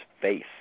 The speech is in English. face